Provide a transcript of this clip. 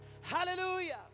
hallelujah